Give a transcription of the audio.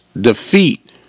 defeat